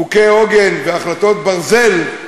חוקי עוגן והחלטות ברזל,